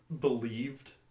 believed